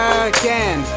again